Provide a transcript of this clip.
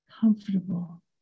comfortable